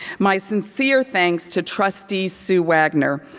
my sincere thanks to trustee sue wagner,